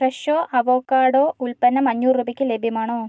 Fresho avocado ഉൽപ്പന്നം അഞ്ഞൂറ് രൂപയ്ക്ക് ലഭ്യമാണോ